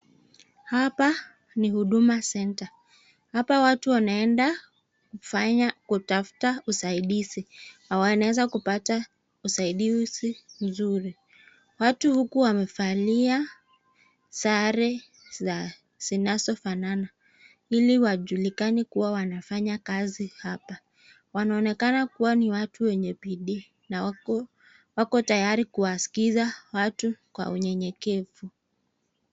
Hapa ni Huduma Center. Hapa watu wanaenda kufanya kutafuta usaidizi. Wanaweza kupata usaidizi mzuri. Watu huku wamefalia sare zinazofanana ili wajulikane kuwa wanafanya kazi hapa. Wanaonekana kuwa ni watu wenye bidii na wako tayari kuwasikiza watu kwa unyenyekevu.